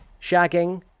shagging